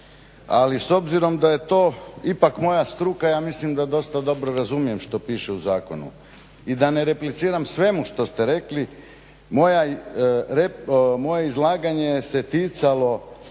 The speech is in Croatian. ali s obzirom da je to ipak moja struka ja mislim da dosta dobro razumijem što piše u zakonu. I da ne repliciram svemu što ste rekli, moje izlaganje se ticalo